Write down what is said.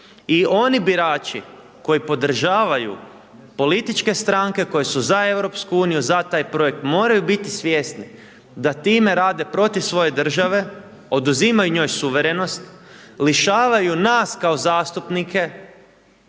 I oni birači koji podržavaju političke stranke koje su za EU, za taj projekt, moraju biti svjesni da time rade protiv svoje države, oduzimaju njoj suverenost, lišavaju nas kao zastupnike